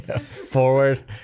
forward